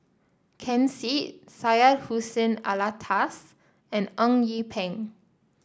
Ken Seet Syed Hussein Alatas and Eng Yee Peng